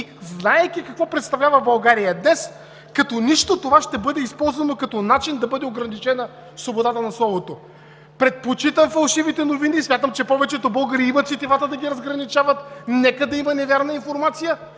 и, знаейки какво представлява България днес, като нищо това ще бъде използвано като начин да бъде ограничена свободата на словото. Предпочитам фалшивите новини. Смятам, че повечето българи имат сетивата да ги разграничават, нека да има невярна информация,